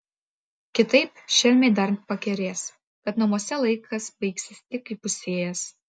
kitaip šelmiai dar pakerės kad namuose laikas baigsis tik įpusėjęs